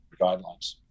guidelines